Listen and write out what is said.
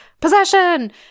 possession